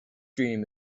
dream